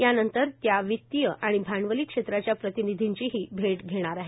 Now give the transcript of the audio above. यानंतर त्या वितीय आणि भांडवली क्षेत्राच्या प्रतिनिधींचीही भेट घेणार आहेत